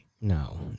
No